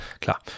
klar